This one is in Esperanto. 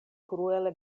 kruele